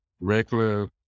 regular